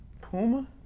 Puma